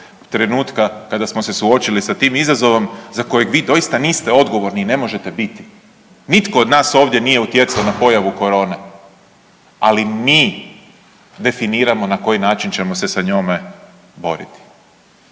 trenutka kada smo se suočili sa tim izazovom za kojeg vi doista niste odgovorni i ne možete biti. Nitko od nas ovdje nije utjecao na pojavu korone, ali mi definiramo na koji način ćemo se sa njome boriti.